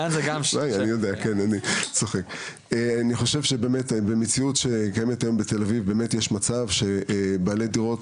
אני חושב שבמציאות כפי שאת מתארת בתל אביב באמת יש מצב שבעלי הדירות